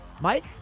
Mike